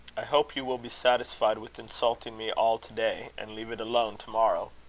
i hope you will be satisfied with insulting me all to-day, and leave it alone to-morrow.